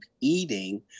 eating